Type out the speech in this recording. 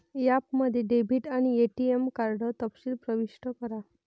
ॲपमध्ये डेबिट आणि ATM card तपशील प्रविष्ट करा